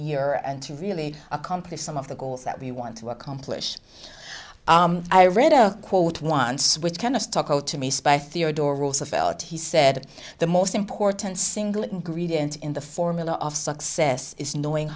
year and to really accomplish some of the goals that we want to accomplish i read a quote once which kind of talk to me spy theodore roosevelt he said the most important single ingredient in the formula of success is knowing